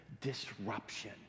disruption